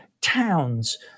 towns